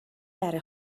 بره